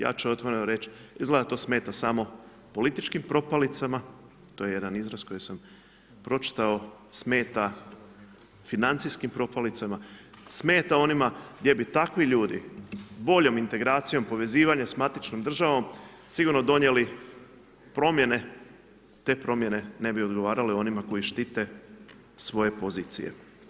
Ja ću otvoreno reći, izgleda da to smeta samo političkim propalicama, to je jedan izraz koji sam pročitao, smeta financijskim propalicama, smeta onima gdje bi takvi ljudi boljom integracijom povezivanje s matičnom državom sigurno donijeli promjene, te promjene ne bi odgovarale onima koji štite svoje pozicije.